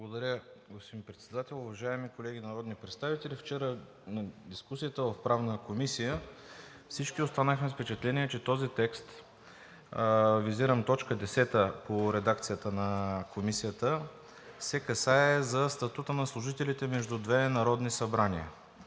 Благодаря, господин Председател. Уважаеми колеги народни представители! Вчера на дискусията в Правната комисия всички останахме с впечатление, че в този текст – визирам т. 10 по редакцията на Комисията, се касае за статута на служителите между две народни събрания.